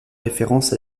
référence